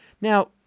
Now